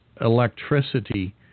electricity